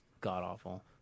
god-awful